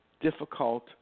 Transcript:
difficult